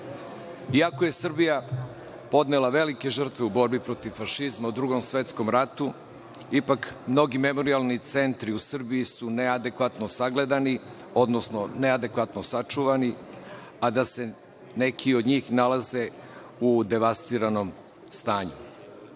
Iako je Srbija podnela velike žrtve u borbi protiv fašizma u Drugom svetskom ratu ipak mnogi memorijalni centri u Srbiji su neadekvatno sagledani, odnosno neadekvatno sačuvani, a da se ne neki od njih nalaze u devastiranom